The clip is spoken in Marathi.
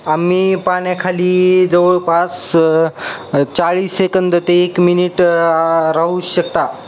आम्ही पाण्याखाली जवळपास चाळीस सेकंद ते एक मिनिट राहू शकता